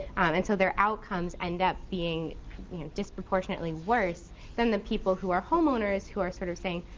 and so their outcomes end up being disproportionately worse than the people who are homeowners who are sort of saying,